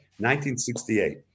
1968